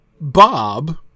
Bob